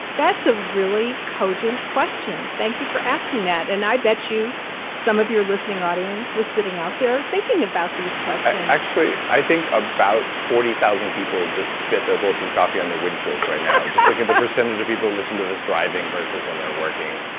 that's a really cogent question. thank you for asking that. and i bet you some of your listening audience was sitting out there thinking about these questions actually i think about forty thousand people just spit their bulletproof coffee on their windshields right now just thinking of the percentage of people listening to this driving versus when they're working.